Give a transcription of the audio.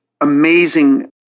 amazing